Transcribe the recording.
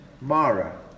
Mara